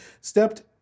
stepped